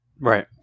Right